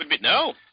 No